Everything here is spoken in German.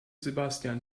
sebastian